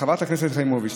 חברת הכנסת יחימוביץ',